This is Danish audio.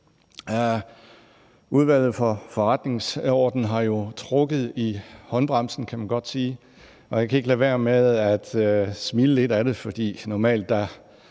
Udvalget for Forretningsordenen har jo trukket i håndbremsen, kan man godt sige, og jeg kan ikke lade være med at smile lidt ad det, for normalt er